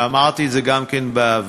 ואמרתי את זה גם כן בעבר,